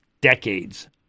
Decades